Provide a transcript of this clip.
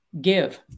give